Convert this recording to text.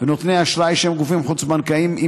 ונותני אשראי שהם גופים חוץ-בנקאיים,